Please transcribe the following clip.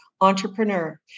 Entrepreneur